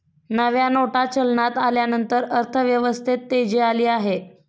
नव्या नोटा चलनात आल्यानंतर अर्थव्यवस्थेत तेजी आली आहे